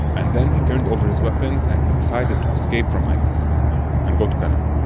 and then he turned over his weapons, and he decided to escape from isis and and go to canada.